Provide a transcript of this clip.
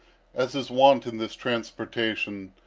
as is wont in this transportation,